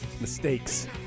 mistakes